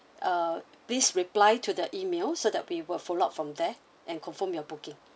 uh please reply to the email so that we will follow up from there and confirm your booking